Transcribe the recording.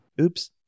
Oops